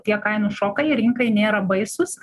tie kainos šokai jie rinkai nėra baisūs